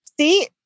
see